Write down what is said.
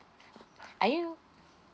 are you